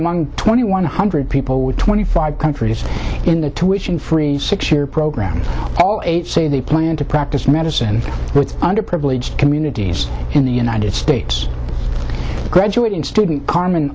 among twenty one hundred people with twenty five countries in the tuition free six year program all eight say they plan to practice medicine for underprivileged communities in the united states graduating student carmen